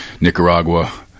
Nicaragua